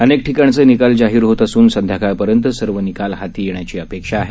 अनेक ठिकाणचे निकाल जाहीर होत असून संध्याकाळपर्यंत सर्व निकाल हाती येण्याची अपेक्षा आहे